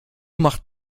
macht